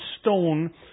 stone